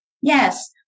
yes